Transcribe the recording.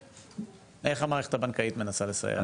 איך המערכת הבנקאית מנסה לסייע?